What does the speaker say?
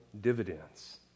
dividends